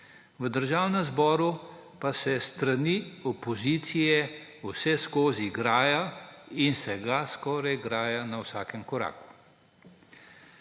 v Državnem zboru pa se s strani opozicije vseskozi graja in se graja skoraj na vsakem koraku.